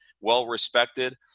well-respected